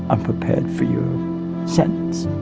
i'm prepared for your sentence